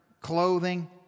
clothing